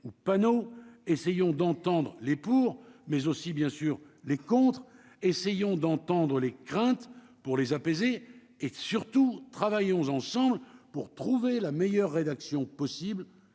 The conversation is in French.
essayons d'entendre les pour, mais aussi bien sûr les contres, essayons d'entendre les craintes pour les apaiser et surtout travaillons ensemble pour trouver la meilleure rédaction possible